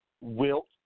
Wilt